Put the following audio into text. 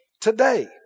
today